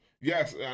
Yes